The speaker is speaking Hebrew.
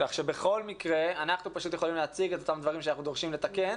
כך שבכל מקרה אנחנו יכולים להציג את אותם דברים שאנחנו דורשים לתקן.